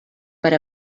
per